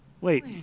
Wait